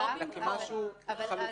כמשהו חלופי.